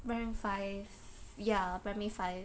primary five ya primary five